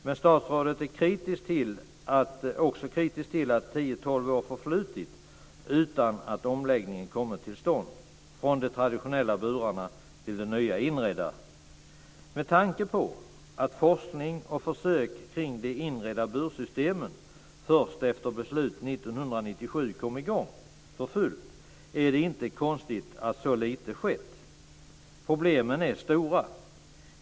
Men statsrådet är också kritisk till att 10-12 år förflutit utan att omläggningen från de traditionella burarna till de nya inredda kommit till stånd. Med tanke på att forskning och försök kring de inredda bursystemen först efter beslut 1997 kom i gång för fullt är det inte konstigt att så lite skett. Problemen är stora.